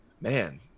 Man